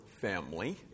family